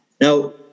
Now